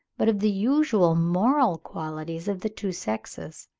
but of the usual moral qualities of the two sexes